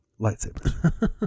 lightsabers